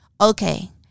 Okay